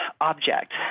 object